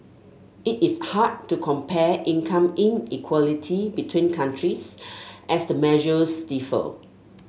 it is hard to compare income inequality between countries as the measures differ